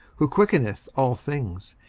who quickeneth all things,